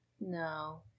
No